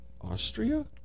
Austria